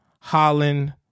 Holland